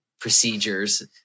procedures